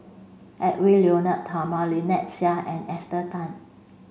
Edwy Lyonet Talma Lynnette Seah and Esther Tan